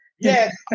Yes